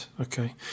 Okay